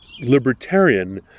libertarian